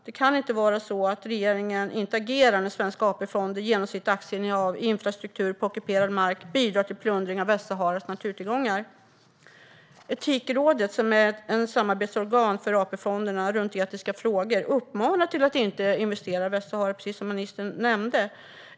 Det kan inte vara så att regeringen inte agerar när svenska AP-fonder, genom sitt aktieinnehav i infrastruktur på ockuperad mark, bidrar till plundringen av Västsaharas naturtillgångar. Etikrådet, som är ett samarbetsorgan för AP-fonderna runt etiska frågor, uppmanar till att inte investera i Västsahara, precis som ministern nämnde.